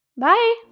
Bye